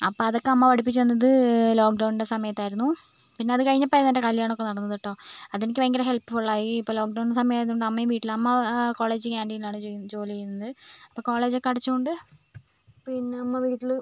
അപ്പം അതൊക്കെ അമ്മ പഠിപ്പിച്ചു തന്നത് ലോക്ക് ഡൗണിൻ്റെ സമയത്തായിരുന്നു പിന്നെ അത് കഴിഞ്ഞപ്പഴായിരുന്നു എൻ്റെ കല്യാണമൊക്കെ നടന്നത് കെട്ടോ അതെനിക്ക് ഭയങ്കര ഹെൽപ്ഫുൾ ആയി ഇപ്പം ലോക്ക് ഡൗൺ സമയമായതു കൊണ്ട് അമ്മയും വീട്ടിലാണ് അമ്മ കോളേജ് കാൻറീനിലാണ് ജോ ജോലി ചെയ്യുന്നത് അപ്പോൾ കോളേജൊക്കെ അടച്ചത് കൊണ്ട് പിന്നെ അമ്മ വീട്ടില്